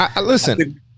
Listen